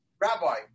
Rabbi